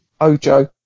Ojo